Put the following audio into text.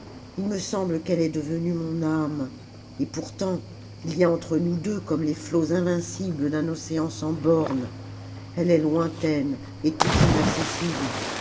ii me semble qu'elle est devenue mon âme et pourtant il y a entre nous deux comme les flots invisibles d'un océan sans bornes elle est lointaine et tout inaccessible